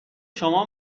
شما